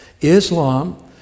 Islam